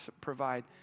provide